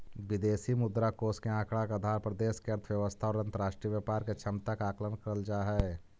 विदेशी मुद्रा कोष के आंकड़ा के आधार पर देश के अर्थव्यवस्था और अंतरराष्ट्रीय व्यापार के क्षमता के आकलन करल जा हई